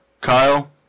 Kyle